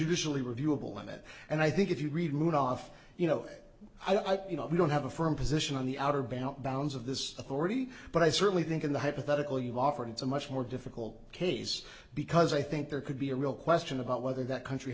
judicially reviewable limit and i think if you read move off you know i think you know we don't have a firm position on the outer banks bounds of this authority but i certainly think in the hypothetical you've offered it's a much more difficult case because i think there could be a real question about whether that country